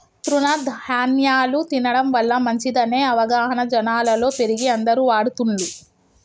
తృణ ధ్యాన్యాలు తినడం వల్ల మంచిదనే అవగాహన జనాలలో పెరిగి అందరు వాడుతున్లు